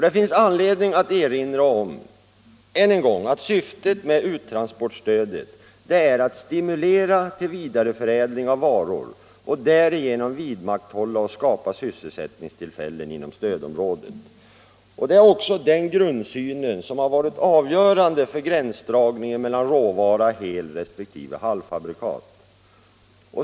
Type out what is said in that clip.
Det finns anledning att än en gång erinra om att syftet med uttransportstödet är att stimulera till vidareförädling av varor och därigenom vidmakthålla och skapa sysselsättningstillfällen inom stödområdet. Det är också den grundsynen som har varit avgörande för gränsdragningen mellan råvara och helresp. halvfabrikat.